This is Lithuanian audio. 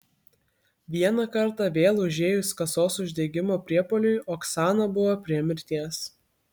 vieną kartą vėl užėjus kasos uždegimo priepuoliui oksana buvo prie mirties